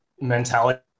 mentality